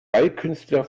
ballkünstler